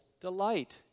delight